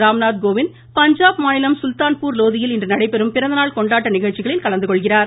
ராம்நாத் கோவிந்த் பஞ்சாப் மாநிலம் சுல்தான்பூர் லோதியில் இன்று நடைபெறும் பிறந்தநாள் கொண்டாட்ட நிகழ்ச்சிகளில் கலந்துகொள்கிறார்